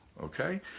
okay